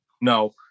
No